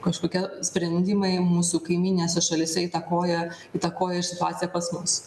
kažkokie sprendimai mūsų kaimyninėse šalyse įtakoja įtakoja situaciją pas mus